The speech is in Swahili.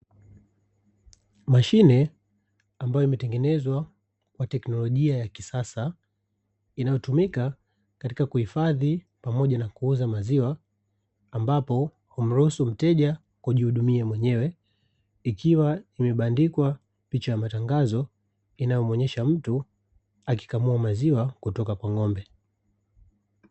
Mashine ambayo imetengenezwa kwa teknolojia ya kisasa inayotumika katika kuhifadhi pamoja na kuuza maziwa, ambapo humruhusu mteja kujihudumia mwenyewe ikiwa imepandikwa picha ya matangazo inayomuonesha mtu akikamua maziwa kutoka kwa ng’ombe.